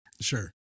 Sure